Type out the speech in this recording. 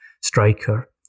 striker